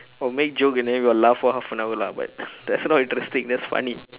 or make joke and then we will laugh for half an hour lah but that is not interesting that is funny